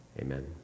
Amen